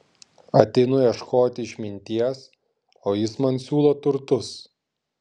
ateinu ieškoti išminties o jis man siūlo turtus